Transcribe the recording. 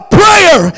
prayer